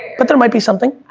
but, there might be something.